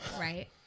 Right